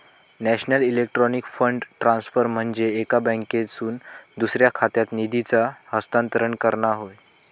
national electronic fund transfer म्हनजे एका बँकेतसून दुसऱ्या खात्यात निधीचा हस्तांतरण करणा होय